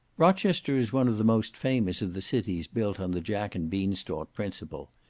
rochester is one of the most famous of the cities built on the jack and bean-stalk principle.